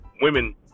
Women